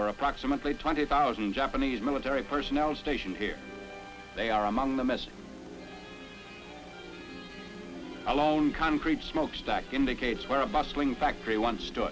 were approximately twenty thousand japanese military personnel stationed here they are among the missing alone concrete smokestack indicates where a bustling factory on